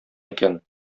икән